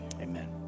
Amen